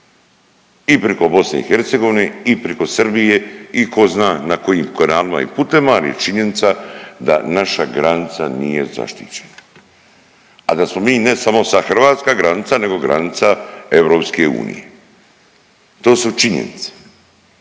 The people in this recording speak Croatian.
i Hercegovine i preko Srbije i tko zna na kojim koramima i putevima ali je činjenica da naša granica nije zaštićena. A da smo mi ne samo sa hrvatska granica nego granica Europske unije. To su činjenice.